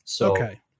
Okay